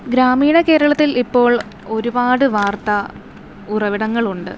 ഗ്രാമീണ കേരളത്തില് ഇപ്പോൾ ഒരുപാട് വാര്ത്താ ഉറവിടങ്ങളുണ്ട്